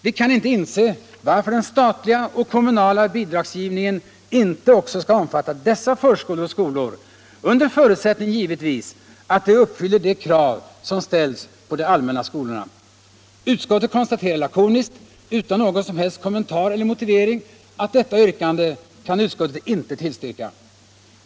Vi kan inte inse varför den statliga och kommunala bidragsgivningen inte skall omfatta också dessa förskolor och skolor, under förutsättning givetvis att de uppfyller de krav som ställs på de allmänna skolorna. Utskottet konstaterar lakoniskt utan någon som helst kommentar eller motivering att detta yrkande kan utskottet inte tillstyrka.